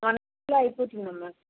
on అయిపోతుందమ్మా